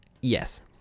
Yes